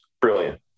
Brilliant